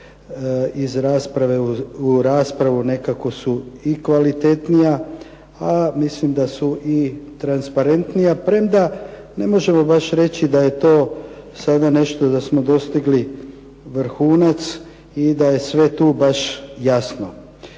iz rasprave u raspravu nekako su i kvalitetnija, a mislim da su i transparentnija premda ne možemo baš reći da je to sada nešto da smo dostigli vrhunac i da je sve tu baš jasno.